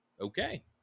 okay